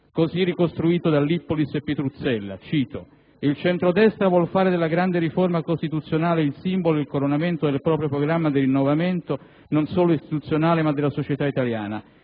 così ricostruito da Lippolis e Pitruzzella. Cito: «II centrodestra vuol fare della grande riforma costituzionale il simbolo ed il coronamento del proprio programma di rinnovamento, non solo istituzionale ma della società italiana.